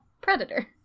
Predator